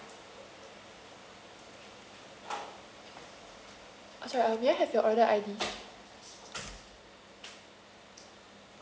okay um may I have your order I_D